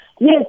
Yes